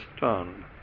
done